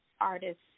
artists